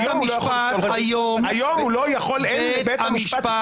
בית המשפט היום --- היום אין לבית המשפט